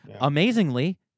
amazingly